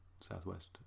southwest